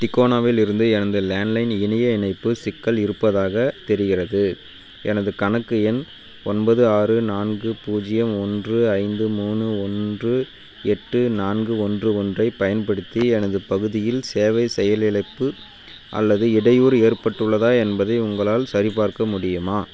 டிகோனாவிலிருந்து எனது லேண்ட்லைன் இணைய இணைப்பு சிக்கல் இருப்பதாகத் தெரிகிறது எனது கணக்கு எண் ஒன்பது ஆறு நான்கு பூஜ்ஜியம் ஒன்று ஐந்து மூணு ஒன்று எட்டு நான்கு ஒன்று ஒன்றைப் பயன்படுத்தி எனது பகுதியில் சேவை செயலிலப்பு அல்லது இடையூறு ஏற்பட்டுள்ளதா என்பதை உங்களால் சரிபார்க்க முடியுமா